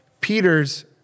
Peter's